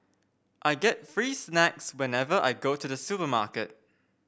I get free snacks whenever I go to the supermarket